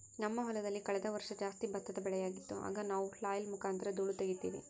ನಮ್ಮ ಹೊಲದಲ್ಲಿ ಕಳೆದ ವರ್ಷ ಜಾಸ್ತಿ ಭತ್ತದ ಬೆಳೆಯಾಗಿತ್ತು, ಆಗ ನಾವು ಫ್ಲ್ಯಾಯ್ಲ್ ಮುಖಾಂತರ ಧೂಳು ತಗೀತಿವಿ